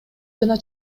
жана